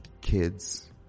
kids